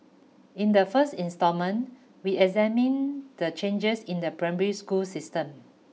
in the first instalment we examine the changes in the primary school system